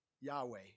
Yahweh